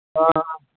ꯑꯥ